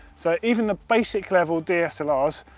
so even the basic level dslrs,